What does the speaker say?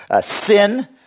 sin